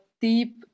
deep